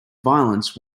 violence